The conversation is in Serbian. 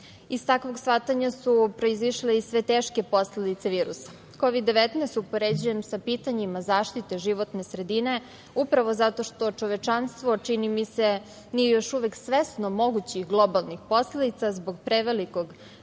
Iz takvog shvatanja su proizišle sve teške posledice virusa. Kovid-19 upoređujem sa pitanjima zaštite životne sredine, upravo zato što čovečanstvo, čini mi se, nije još uvek svesno mogućih globalnih posledica zbog prevelikog